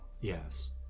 yes